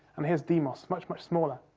and here's deimos, much, much smaller.